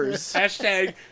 Hashtag